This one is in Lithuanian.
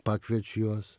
pakviečiu juos